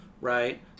right